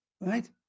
Right